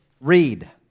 read